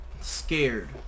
scared